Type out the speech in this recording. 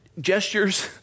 gestures